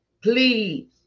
please